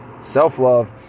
Self-love